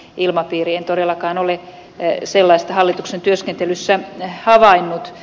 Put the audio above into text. en todellakaan ole sellaista hallituksen työskentelyssä havainnut